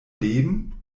leben